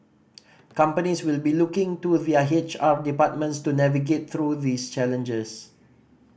companies will be looking to their H R departments to navigate through these challenges